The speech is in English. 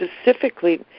specifically